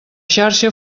xarxa